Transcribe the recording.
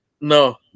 No